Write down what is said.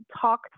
talk